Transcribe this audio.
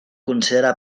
considera